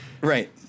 right